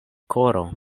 koro